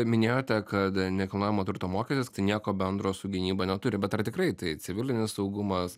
minėjote kad nekilnojamo turto mokestis tai nieko bendro su gynyba neturi bet ar tikrai tai civilinis saugumas